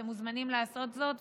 אתם מוזמנים לעשות זאת,